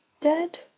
dead